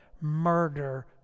murder